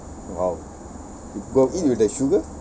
!wow! you got eat with the sugar